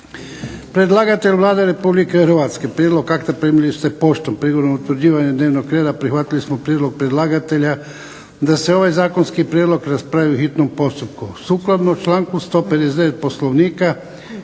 Predlagatelj je Vlada Republike Hrvatske. Prijedlog akta primili ste poštom. Prigodom utvrđivanja dnevnog reda prihvatili smo prijedlog predlagatelja da se ovaj zakonski prijedlog raspravi po hitnom postupku.